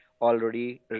already